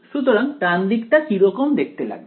সুতরাং ডান দিকটা কিরকম দেখতে লাগবে